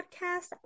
podcast